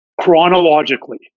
chronologically